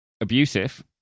Abusive